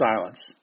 silence